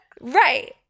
Right